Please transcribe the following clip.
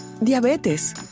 ...diabetes